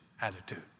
attitude